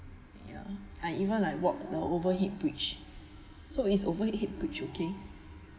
ya I even like walk the overhead bridge so is overhead bridge okay